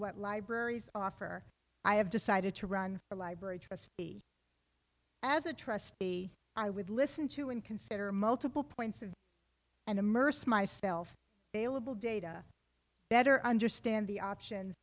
what libraries offer i have decided to run a library trustee as a trustee i would listen to and consider multiple points of and immerse myself bailable data better understand the options